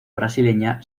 brasileña